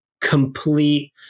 complete